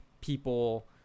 People